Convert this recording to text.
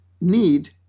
need